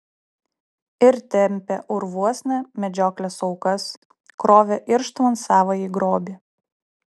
ir tempė urvuosna medžioklės aukas krovė irštvon savąjį grobį